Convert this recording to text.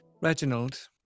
Reginald